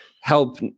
help